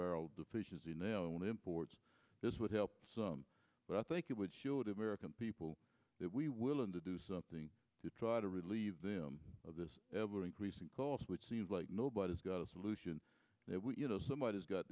barrels deficiency now on imports this would help but i think it would show to vericut people that we willing to do something to try to relieve them of this ever increasing cost which seems like nobody's got a solution you know somebody has got